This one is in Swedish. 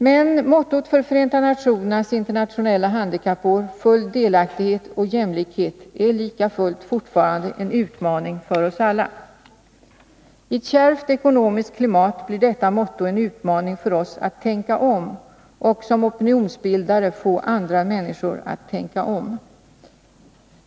Men mottot för FN:s internationella handikappår — Full delaktighet och jämlikhet — är likafullt fortfarande en utmaning för oss alla. I ett kärvt ekonomiskt klimat blir detta motto en utmaning för oss att tänka om och, som opinionsbildare, att få andra människor att tänka om.